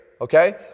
okay